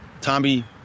Tommy